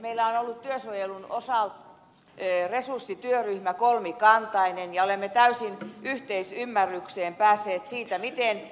meillä on ollut työsuojelun osalta kolmikantainen resurssityöryhmä ja olemme päässeet täysin yhteisymmärrykseen siitä miten